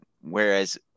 whereas